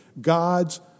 God's